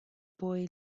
boy